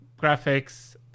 graphics